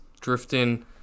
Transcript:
drifting